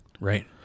Right